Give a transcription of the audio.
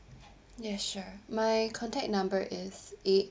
ya sure my contact number is eight